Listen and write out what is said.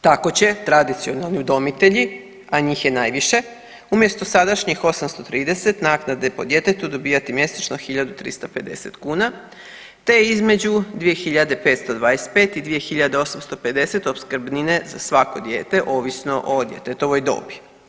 Tako će tradicionalni udomitelji, a njih je najviše, umjesto sadašnjih 830 naknade po djetetu dobivati mjesečno 1.350 kuna, te između 2.525 i 2.850 opskrbnine za svako dijete ovisno o djetetovoj dobi.